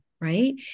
right